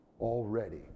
already